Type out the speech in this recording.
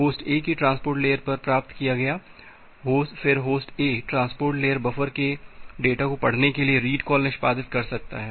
host A की transport layer पर प्राप्त किया गया फिर host A transport layer buffer के डेटा को पढ़ने के लिए रीड कॉल निष्पादित कर सकता है